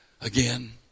Again